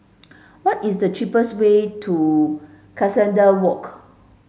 what is the cheapest way to Cuscaden Walk